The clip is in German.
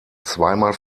zweimal